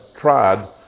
tried